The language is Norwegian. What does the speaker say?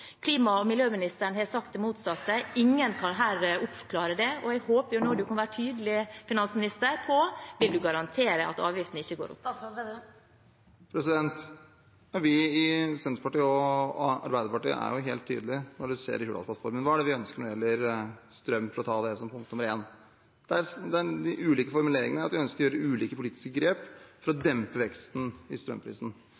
Klima- og miljøministeren har sagt det motsatte. Ingen her kan oppklare det, og jeg håper nå at finansministeren kan være tydelig og garantere at avgiftene ikke vil gå opp. Vi i Senterpartiet og Arbeiderpartiet er jo helt tydelige i Hurdalsplattformen. Hva er det vi ønsker når det gjelder strøm, for å ta det som punkt nr. 1? Det er ulike formuleringer, vi ønsker ulike politiske grep for å dempe veksten i strømprisen, bl.a. varsler vi at vi